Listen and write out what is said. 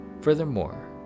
Furthermore